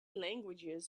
languages